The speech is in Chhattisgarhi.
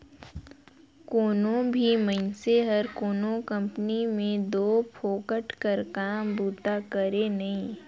कोनो भी मइनसे हर कोनो कंपनी में दो फोकट कर काम बूता करे नई